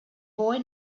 boy